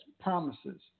promises